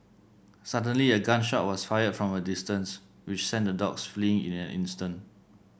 suddenly a gun shot was fired from a distance which sent the dogs fleeing in an instant